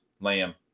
Lamb